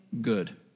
good